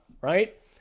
right